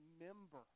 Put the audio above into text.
remember